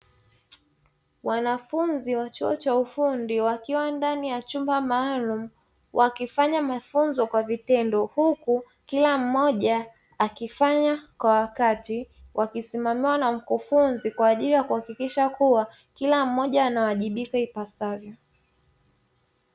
Wanafunzi wa chuo cha ufundi wakiwa ndani ya chumba maalumu, wakifanya mafunzo kwa vitendo, huku kila mmoja akifanya kwa wakati, wakisimamiwa na mkufunzi kwa ajili ya kuhakikisha kuwa kila mmoja anawajibika ipasavyo.